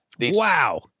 Wow